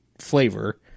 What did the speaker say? flavor